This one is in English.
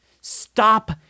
Stop